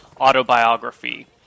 autobiography